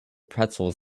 pretzels